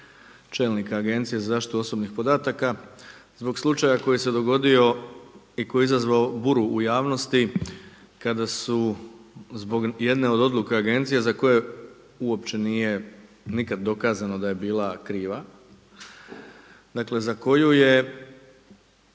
čelnika Agencije za zaštitu osobnih podataka zbog slučaja koji se dogodio i koji je izazvao buru u javnosti kada su zbog jedne od odluka Agencije za koje uopće nije nikada dokazano da je bila kriva. Dakle, za koju je